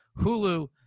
Hulu